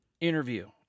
interview